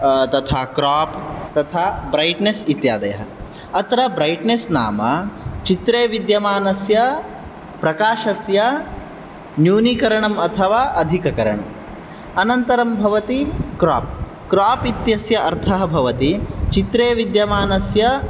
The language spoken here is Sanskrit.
तथा क्राप् तथा ब्राईट्नेस् इत्यादयः अत्र ब्राईट्नेस् नाम चित्रे विद्यमानस्य प्रकाशस्य न्यूनीकरणम् अथवा अधिककरणम् अनन्तरं भवति क्राप् क्राप् इत्यस्य अर्थः भवति चित्रे विद्यमानस्य